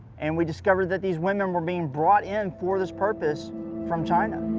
and we discovered that these women were being brought in for this purpose from china.